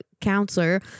counselor